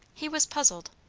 he was puzzled.